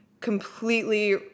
completely